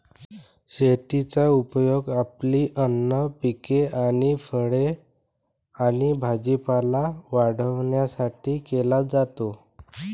शेताचा उपयोग आपली अन्न पिके आणि फळे आणि भाजीपाला वाढवण्यासाठी केला जातो